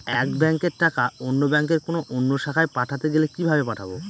এক ব্যাংকের টাকা অন্য ব্যাংকের কোন অন্য শাখায় পাঠাতে গেলে কিভাবে পাঠাবো?